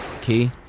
Key